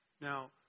Now